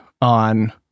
on